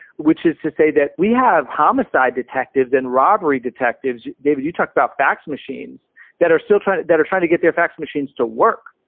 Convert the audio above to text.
which is to say that we have homicide detectives and robbery detectives. david, you talk about fax machines that are still trying that are trying to get their fax machines to work,